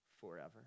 forever